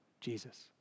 Jesus